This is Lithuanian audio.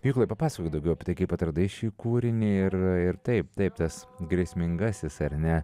mykolai papasakok daugiau apie tai kaip atradai šį kūrinį ir taip taip tas grėsmingasis ar ne